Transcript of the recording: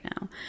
now